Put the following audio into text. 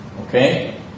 Okay